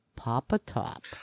Pop-a-top